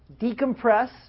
Decompress